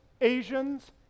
Asians